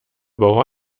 bauer